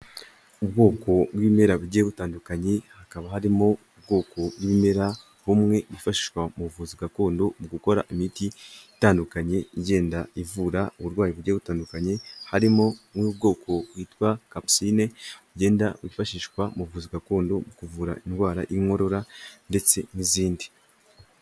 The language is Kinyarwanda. Ubwoko bw'ibimera bugiye butandukanye, hakaba harimo ubwoko bw'ibimera bumwe bwifashishwa mu buvuzi gakondo mu gukora imiti itandukanye igenda ivura uburwayi bugiye butandukanye, harimo nk'ubwoko bwitwa kapusine bugenda bwifashishwa mu buvuzi gakondo, mu kuvura indwara y'inkorora ndetse n'izindi.